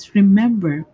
Remember